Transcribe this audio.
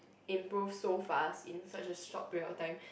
improved so fast in such a short period of time